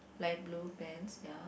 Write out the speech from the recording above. light blue pants ya